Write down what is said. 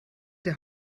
der